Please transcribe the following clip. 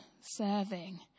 serving